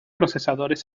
procesadores